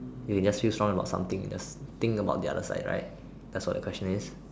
okay just use wrong about something just think about the other side right that's what the question is